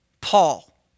Paul